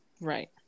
Right